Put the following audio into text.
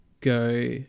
go